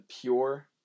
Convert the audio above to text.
pure